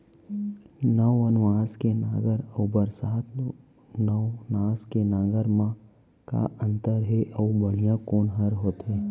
नौ नवनास के नांगर अऊ बरसात नवनास के नांगर मा का अन्तर हे अऊ बढ़िया कोन हर होथे?